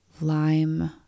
lime